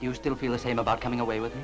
you still feel the same about coming away with